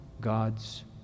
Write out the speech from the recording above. God's